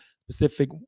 specific